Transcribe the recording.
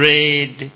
Red